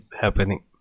happening